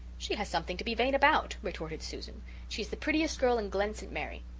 she has something to be vain about, retorted susan she is the prettiest girl in glen st. mary.